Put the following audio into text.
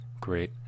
great